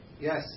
Yes